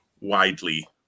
widely